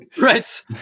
right